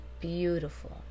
Beautiful